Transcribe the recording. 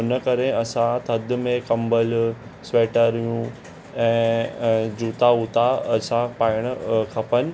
उन करे असां थधि में कम्बलु स्वेटरियूं ऐं जूता वूता असां पाइण खपनि